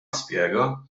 spjega